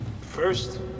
First